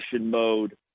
mode